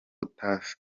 utasanga